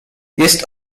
jest